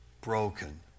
broken